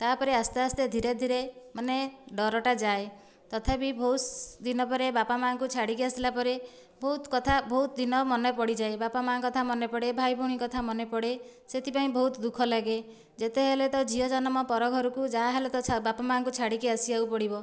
ତା'ପରେ ଆସ୍ତେ ଆସ୍ତେ ଧୀରେ ଧୀରେ ମାନେ ଡରଟା ଯାଏ ତଥାପି ବହୁତ ଦିନ ପରେ ବାପା ମାଆଙ୍କୁ ଛାଡ଼ିକି ଆସିଲା ପରେ ବହୁତ କଥା ବହୁତ ଦିନ ମନେ ପଡ଼ିଯାଏ ବାପା ମାଆଙ୍କ କଥା ମନେ ପଡ଼େ ଭାଇ ଭଉଣୀଙ୍କ କଥା ମନେ ପଡ଼େ ସେଥିପାଇଁ ବହୁତ ଦୁଃଖ ଲାଗେ ଯେତେ ହେଲେ ତ ଝିଅ ଜନ୍ମ ପରଘରକୁ ଯାହା ହେଲେ ବି ବାପା ମାଆଙ୍କୁ ଛାଡ଼ିକି ଆସିବାକୁ ପଡ଼ିବ